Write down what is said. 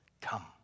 Come